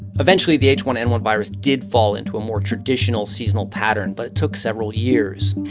eventually, the h one n one virus did fall into a more traditional seasonal pattern, but it took several years.